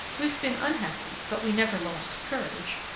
we have been unhappy, but we never lost courage.